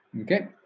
Okay